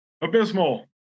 abysmal